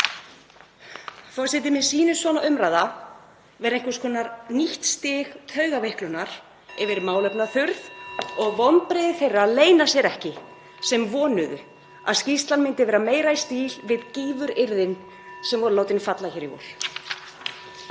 umræða (Forseti hringir.) vera einhvers konar nýtt stig taugaveiklunar yfir málefnaþurrð og vonbrigði þeirra leyna sér ekki sem vonuðu að skýrslan myndi vera meira í stíl við gífuryrðin sem voru látin falla hér í vor.